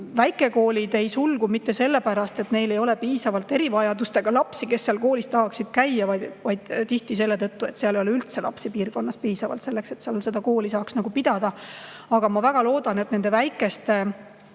Väikekoolid ei sulgu mitte sellepärast, et neil ei ole piisavalt erivajadustega lapsi, kes seal koolis tahaksid käia, vaid tihti selle tõttu, et piirkonnas ei ole üldse piisavalt lapsi, et seal kooli saaks pidada. Aga ma väga loodan, et nende väikeste,